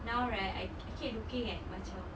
now right I keep looking at macam